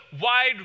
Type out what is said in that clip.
wide